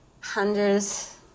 hundreds